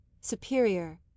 superior